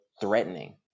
threatening